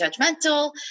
judgmental